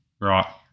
Right